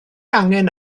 angen